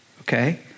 Okay